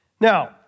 Now